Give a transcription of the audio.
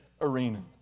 arena